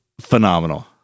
Phenomenal